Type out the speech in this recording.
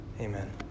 Amen